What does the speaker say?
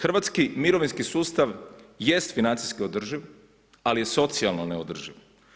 Hrvatski mirovinski sustav jest financijski održiv, ali je socijalno neodrživ.